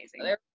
amazing